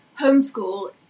homeschool